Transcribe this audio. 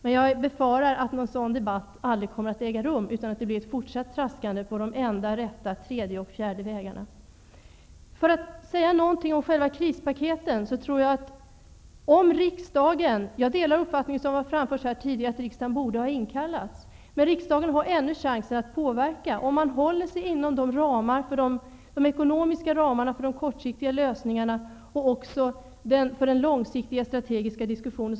Men jag befarar att någon sådan debatt aldrig kommer att äga rum utan att det kommer att bli ett fortsatt traskande på den enda tredje och fjärde vägen. Jag skall säga något om krispaketen. Jag delar den uppfattning som har framförts här tidigare att riksdagen borde ha inkallats. Men riksdagen har ännu möjlighet att påverka om man håller sig inom de ekonomiska ramarna för de kortsiktiga lösningarna och också för den långsiktiga strategiska diskussionen.